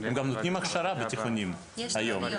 הם גם נותנים הכשרה בתיכונים היום.